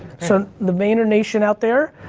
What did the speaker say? so the vayner nation out there,